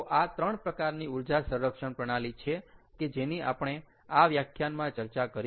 તો આ 3 પ્રકારની ઊર્જા સંરક્ષણ પ્રણાલી છે કે જેની આપણે આ વ્યાખ્યાનમાં ચર્ચા કરી